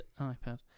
iPad